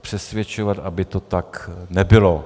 přesvědčovat, aby to tak nebylo.